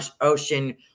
ocean